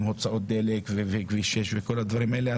הוצאות דלק וכביש 6 וכל הדברים האלה.